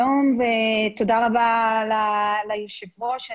שלום ותודה רבה ליושבת ראש.